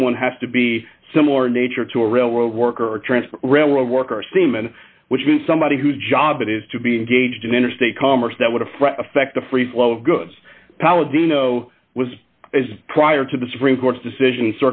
someone has to be similar in nature to a railroad worker or a transfer railroad worker seaman which means somebody whose job it is to be engaged in interstate commerce that would have affect the free flow of goods palatino was prior to the supreme court's decision